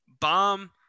Bomb